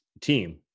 team